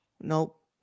Nope